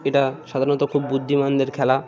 এটা সাধারণত খুব বুদ্ধিমানদের খেলা